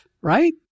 right